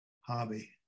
hobby